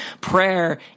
Prayer